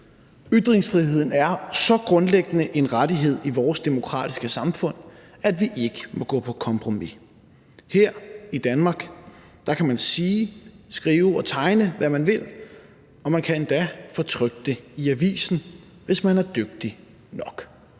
Ytringsfriheden er så grundlæggende en rettighed i vores demokratiske samfund, at vi ikke må gå på kompromis. Her i Danmark kan man sige, skrive og tegne, hvad man vil, og man kan endda få det trykt i avisen, hvis man er dygtig nok.